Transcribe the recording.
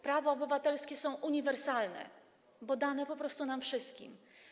Prawa obywatelskie są uniwersalne, dane po prostu nam wszystkim.